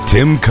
Tim